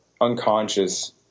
unconscious